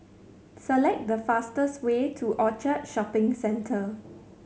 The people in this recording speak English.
select the fastest way to Orchard Shopping Centre